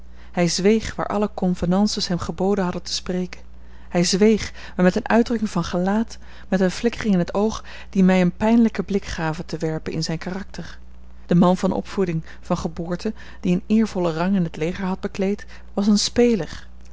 hij zweeg waar alle convenances hem geboden hadden te spreken hij zweeg maar met eene uitdrukking van gelaat met eene flikkering in het oog die mij een pijnlijken blik gaven te werpen in zijn karakter de man van opvoeding van geboorte die een eervollen rang in het leger had bekleed was een speler